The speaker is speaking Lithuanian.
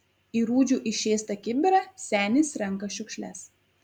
į rūdžių išėstą kibirą senis renka šiukšles